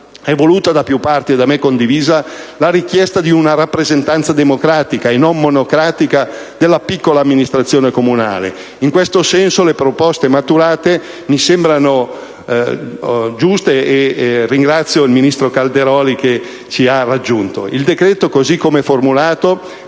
e voluta da più parti, e da me condivisa, la richiesta di una rappresentanza democratica e non monocratica della piccola amministrazione comunale. In questo senso le proposte maturate mi sembrano giuste, e colgo l'occasione per ringraziare